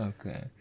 okay